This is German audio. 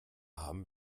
haben